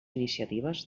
iniciatives